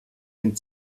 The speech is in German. den